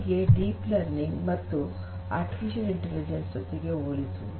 ಹೀಗೆ deep learning machine learning ಮತ್ತು artificial intelligence ಜೊತೆಗೆ ಹೋಲಿಸುವುದು